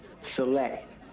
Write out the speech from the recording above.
select